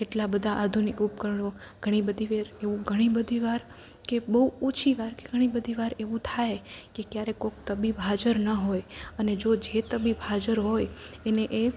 કેટલા બધા આધુનિક ઉપકરણો ઘણી બધી એવું ઘણી બધી વાર કે બહુ ઓછી વાર કે ઘણી બધી વાર એવું થાયે કે ક્યારેક કોઈ તબીબ હાજર ન હોય અને જો જે તબીબ હાજર હોય એને એ